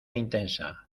intensa